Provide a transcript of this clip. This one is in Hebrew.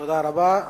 תודה רבה.